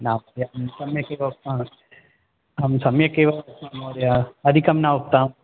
नास्ति अहं सम्यकेव उक्तवान् अहं सम्यक् एव उक्तवान् महोदय अधिकं न उक्तम्